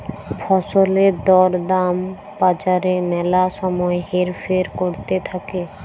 ফসলের দর দাম বাজারে ম্যালা সময় হেরফের ক্যরতে থাক্যে